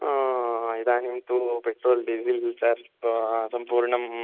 इदानीं तु petrol diesel तत् सम्पूर्णं